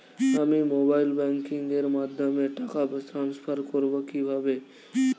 আমি mobile banking এর মাধ্যমে টাকা টান্সফার করব কিভাবে?